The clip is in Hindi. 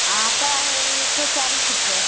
आटा है एक सौ चालीस रुपया